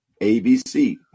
ABC